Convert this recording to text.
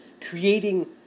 creating